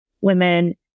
women